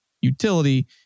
utility